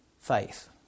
faith